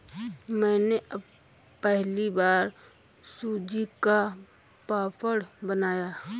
मैंने पहली बार सूजी का पापड़ बनाया